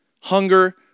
Hunger